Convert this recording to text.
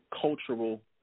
cultural